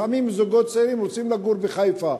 לפעמים זוגות צעירים רוצים לגור בחיפה,